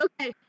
Okay